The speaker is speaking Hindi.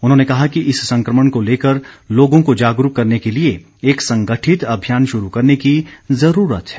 उन्होंने कहा कि इस संक्रमण को लेकर लोगों को जागरूक करने के लिए एक संगठित अभियान शुरू करने की ज़रूरत है